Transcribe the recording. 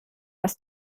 was